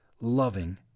loving